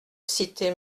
cité